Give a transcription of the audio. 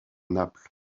naples